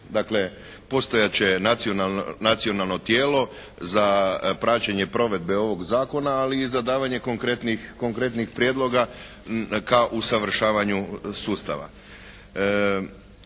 Dakle postojati će nacionalno tijelo za praćenje provedbe ovog zakona, ali i za davanje konkretnih prijedloga ka usavršavanju sustava.